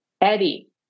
Eddie